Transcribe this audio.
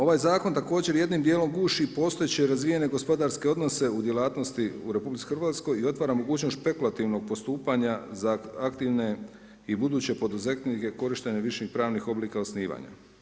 Ovaj zakon također jednim dijelom guši postojeće razvijene gospodarske odnose u djelatnosti u Republici Hrvatskoj i otvara mogućnost špekulativnog postupanja za aktivne i buduće poduzetnike korištenja viših pravnih oblika osnivanja.